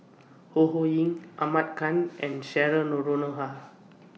Ho Ho Ying Ahmad Khan and Cheryl Noronha